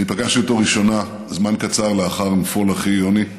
פגשתי אותו לראשונה זמן קצר לאחר נפול אחי יוני.